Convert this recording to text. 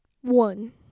one